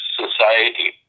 society